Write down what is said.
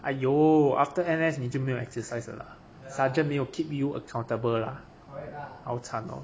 !aiyo! after N_S 你就没有 exercise 了啊 sergaent 没有 keep you accountable ah 好惨哦